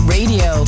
Radio